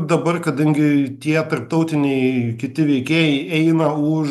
dabar kadangi tie tarptautiniai kiti veikėjai eina už